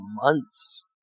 months